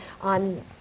on